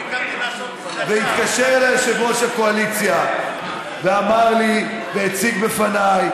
התקשר אליי יושב-ראש הקואליציה והציג בפניי